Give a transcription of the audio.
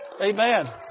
Amen